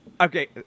Okay